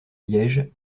liège